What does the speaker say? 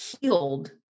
healed